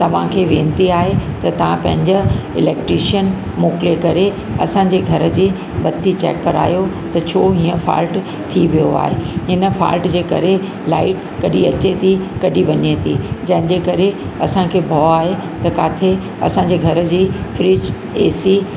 तव्हां खे वेनिती आहे त तव्हां पंहिंजा इलेक्ट्रीशन मोकिले करे असांजे घर जी बत्ती चैक करायो त छो हीअं फ़ाल्ट थी वियो आहे हिन फ़ाल्ट जे करे लाईट कॾहिं अचे थी कॾहिं वञे थी जंहिं जे करे असांखे भउ आहे त किथे असांजे घर जी फ्रिज ए सी